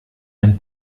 ein